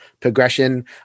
progression